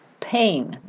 pain